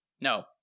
No